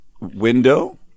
window